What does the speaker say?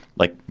like,